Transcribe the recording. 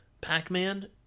Pac-Man